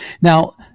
Now